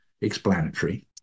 explanatory